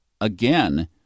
again